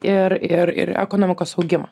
ir ir ir ekonomikos augimą